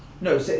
No